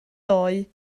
doe